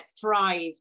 thrive